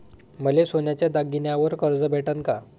मले सोन्याच्या दागिन्यावर कर्ज भेटन का?